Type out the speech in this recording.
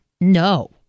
No